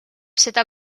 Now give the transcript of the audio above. seda